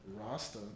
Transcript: Rasta